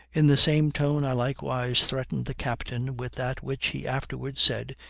in the same tone i likewise threatened the captain with that which, he afterwards said,